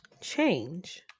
change